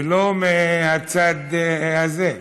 ולא מהצד הזה.